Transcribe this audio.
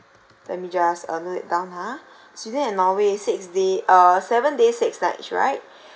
let me just uh note it down ha sweden and norway six day uh seven days six nights right